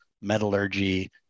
metallurgy